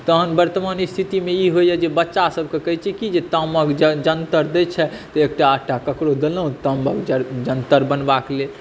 तहन वर्तमान स्थितिमे ई होइया जे बच्चासभके कहै छियै की जे तामक जंतर दै छै तऽ एकटा आधटा ककरो देलहुँ ताम्रक जंतर बनेबाक लेल